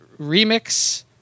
remix